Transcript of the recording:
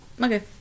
Okay